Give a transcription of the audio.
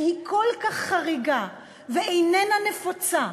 כי היא כל כך חריגה ואיננה נפוצה,